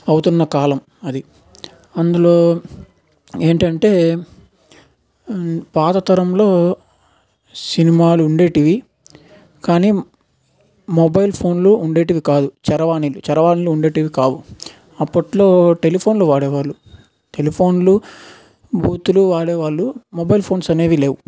అవుతున్న కాలం అది అందులో ఏంటంటే పాత తరంలో సినిమాలు ఉండేవి కానీ మొబైల్ ఫోన్లు ఉండేవి కాదు చరవాణి చరవాణిలు ఉండేవి కావు అప్పట్లో టెలిఫోన్లు వాడే వాళ్ళు టెలిఫోన్లు బూతులు వాడే వాళ్ళు మొబైల్ ఫోన్స్ అనేవి లేవు